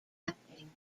acting